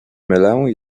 mylę